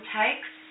takes